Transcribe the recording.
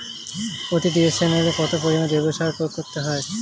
প্রতি ডিসিমেলে কত পরিমাণ জৈব সার প্রয়োগ করতে হয়?